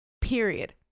period